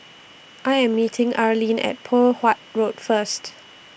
I Am meeting Arleen At Poh Huat Road First